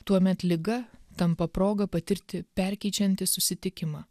tuomet liga tampa proga patirti perkeičiantį susitikimą